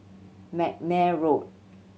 McNair Road